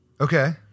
Okay